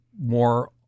More